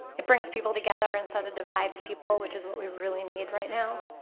it brings people together instead of divides people, which is what we really need right now.